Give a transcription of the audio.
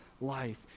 life